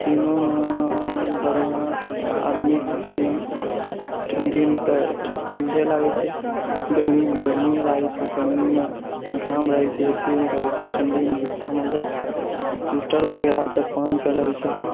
तीनोमे बढ़िआँ आदमीके जीवन ठण्डीमे तऽ ठन्डे लागै छै गर्मीमे गर्मिये लागै छै गर्मीमे पङ्खामे रहै छै एसीमे रहै छै ठण्डीमे जूता मौजा वगैरह सब पेहैनकऽ रहै छै